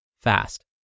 fast